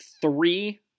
Three